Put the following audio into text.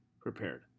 prepared